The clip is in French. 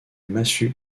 massue